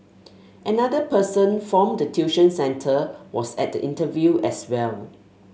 another person form the tuition centre was at the interview as well